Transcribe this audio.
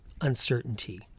uncertainty